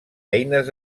eines